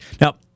Now